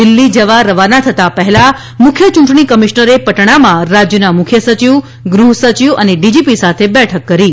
દિલ્હી જવા રવાના થતાં પહેલા મુખ્ય યૂંટણી કમિશનરે પટણામાં રાજ્યના મુખ્ય સચિવ ગૃહ સચિવ અને ડીજીપી સાથે બેઠક કરી હતી